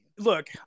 Look